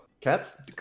Cats